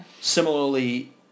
Similarly